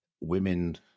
women